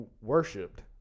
worshipped